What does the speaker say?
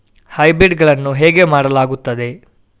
Hybrid ಗಳನ್ನು ಹೇಗೆ ಮಾಡಲಾಗುತ್ತದೆ?